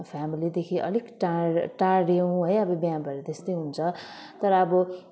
फ्यामिलीदेखि अलिक टाढ् टाढियौँ है अब बिहे भएर त्यस्तै हुन्छ तर अब